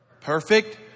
perfect